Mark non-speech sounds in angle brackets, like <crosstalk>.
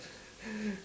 <laughs>